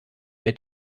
mit